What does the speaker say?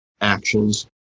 actions